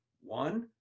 One